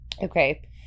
Okay